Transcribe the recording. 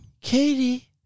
Katie